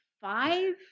five